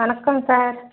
வணக்கம் சார்